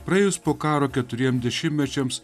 praėjus po karo keturiem dešimtmečiams